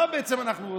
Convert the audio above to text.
מה בעצם אנחנו רוצים?